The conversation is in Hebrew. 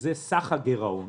שזה סך הגירעון